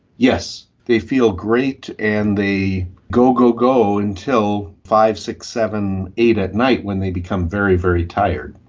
yes, they feel great and they go, go, go, until five, six, seven, eight at night when they become very, very tired.